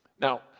now